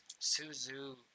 suzu